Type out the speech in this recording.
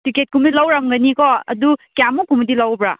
ꯇꯤꯛꯀꯦꯠꯀꯨꯝꯕꯗꯤ ꯂꯧꯔꯝꯒꯅꯤ ꯑꯗꯨ ꯀꯌꯥꯃꯨꯛꯀꯨꯝꯕꯗꯤ ꯂꯧꯕ꯭ꯔꯥ